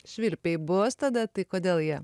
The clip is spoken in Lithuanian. švilpiai bus tada tai kodėl jie